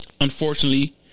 Unfortunately